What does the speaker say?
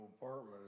apartment